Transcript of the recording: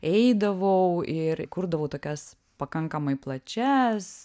eidavau ir kurdavau tokias pakankamai plačias